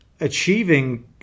achieving